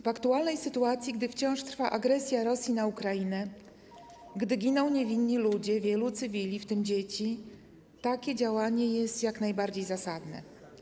W aktualnej sytuacji, gdy wciąż trwa agresja Rosji na Ukrainę, gdy giną niewinni ludzie, wielu cywili, w tym dzieci, takie działanie jest jak najbardziej zasadne.